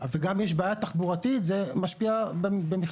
וגם יש בעיה תחבורתית, זה משפיע במכפלות.